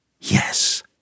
yes